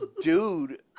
dude